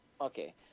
Okay